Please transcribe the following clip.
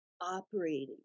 Operating